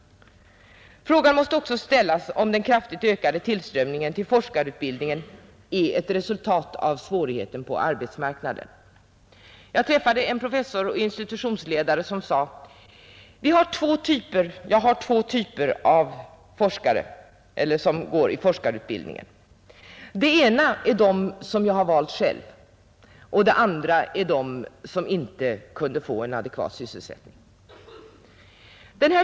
Frågan måste också ställas, om den kraftigt ökade tillströmningen till forskarutbildningen är ett resultat av svårigheterna på arbetsmarknaden. Jag träffade en professor och institutionsledare som sade: Jag har två typer bland dem som går i forskarutbildningen. Den ena är de som jag har valt själv, och den andra är de som inte kunde få en adekvat sysselsättning.